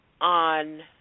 on